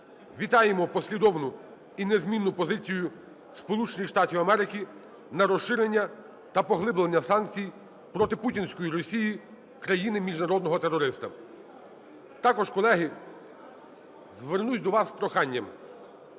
Вітаємо послідовну і незмінну позицію Сполучених Штатів Америки на розширення та поглиблення санкцій проти путінської Росії, країни міжнародного терориста. Також, колеги, звернусь до вас з проханням.